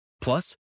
Plus